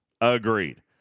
Agreed